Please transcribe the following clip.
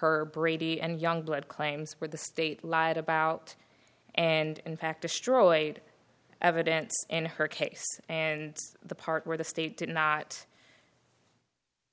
her brady and youngblood claims with the state lied about and in fact destroyed evidence in her case and the part where the state did not